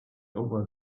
over